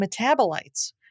metabolites